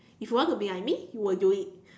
if you want to be like me you will do it